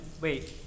Wait